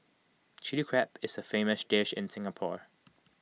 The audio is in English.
Chilli Crab is A famous dish in Singapore